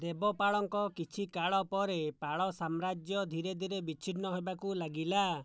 ଦେବପାଳଙ୍କ କିଛି କାଳ ପରେ ପାଳ ସାମ୍ରାଜ୍ୟ ଧୀରେ ଧୀରେ ବିଚ୍ଛିନ୍ନ ହେବାକୁ ଲାଗିଲା